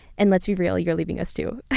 and let's be real, you're leaving us too.